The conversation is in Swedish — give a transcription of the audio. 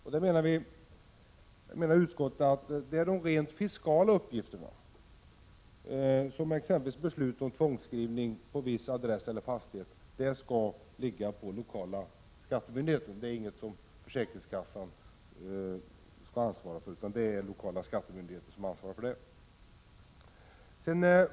Vi syftar i vår skrivning på de rent fiskala uppgifterna, exempelvis beslut om tvångskrivning på viss adress eller fastighet. Sådana uppgifter skall den lokala skattemyndigheten, inte försäkringskassan, ha ansvar för.